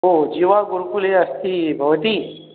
ओ जीवागुरुकुले अस्ति भवती